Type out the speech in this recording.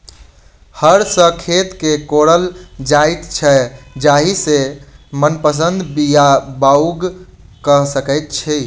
हर सॅ खेत के कोड़ल जाइत छै जाहि सॅ मनपसंद बीया बाउग क सकैत छी